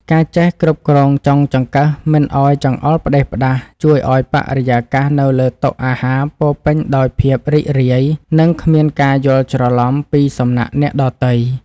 ការចេះគ្រប់គ្រងចុងចង្កឹះមិនឱ្យចង្អុលផ្តេសផ្តាសជួយឱ្យបរិយាកាសនៅលើតុអាហារពោរពេញដោយភាពរីករាយនិងគ្មានការយល់ច្រឡំពីសំណាក់អ្នកដទៃ។